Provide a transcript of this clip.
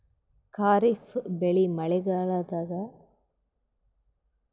ಖಾರಿಫ್ ಬೆಳಿ ಮಳಿಗಾಲದಾಗ ಏಪ್ರಿಲ್ ಮತ್ತು ಮೇ ತಿಂಗಳಾಗ ಬಿತ್ತತಾರ